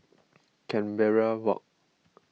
Canberra Walk